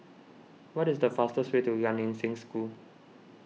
what is the fastest way to Gan Eng Seng School